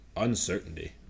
uncertainty